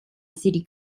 city